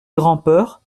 grand’peur